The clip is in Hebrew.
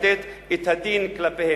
לתת את הדין עליהם.